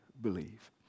believe